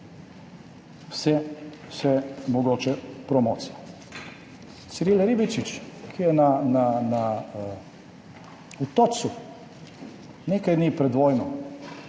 Vse mogoče promocije. Ciril Ribičič, ki je na Otočcu nekaj dni pred vojno